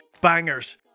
bangers